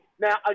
Now